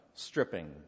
Stripping